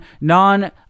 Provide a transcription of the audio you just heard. non